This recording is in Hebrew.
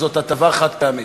אבל זאת הטבה חד-פעמית.